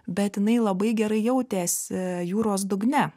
bet jinai labai gerai jautėsi jūros dugne